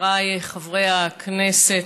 חבריי חברי הכנסת,